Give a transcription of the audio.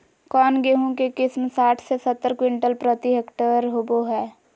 कौन गेंहू के किस्म साठ से सत्तर क्विंटल प्रति हेक्टेयर होबो हाय?